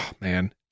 man